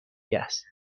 است